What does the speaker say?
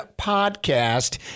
podcast